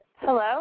Hello